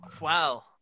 Wow